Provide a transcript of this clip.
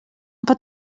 pot